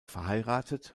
verheiratet